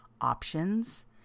options